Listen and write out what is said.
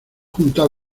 juntado